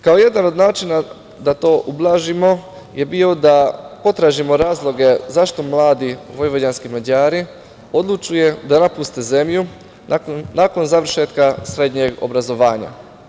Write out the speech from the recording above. Kao jedan od načina da to ublažimo je bio da potražimo razloge zašto mladi vojvođanski Mađari odlučuju da napuste zemlju nakon završetka srednjeg obrazovanja.